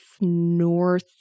north